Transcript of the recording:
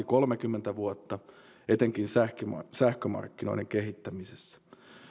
kolmekymmentä vuotta etenkin sähkömarkkinoiden kehittämisessä